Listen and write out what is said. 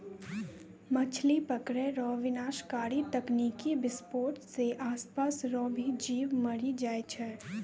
मछली पकड़ै रो विनाशकारी तकनीकी विसफोट से आसपास रो भी जीब मरी जाय छै